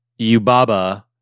Yubaba